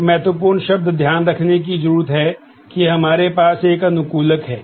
तो एक महत्वपूर्ण शब्द ध्यान रखने की जरूरत है कि हमारे पास एक अनुकूलक है